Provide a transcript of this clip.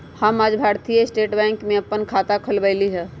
हम आज भारतीय स्टेट बैंक में अप्पन खाता खोलबईली ह